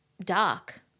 dark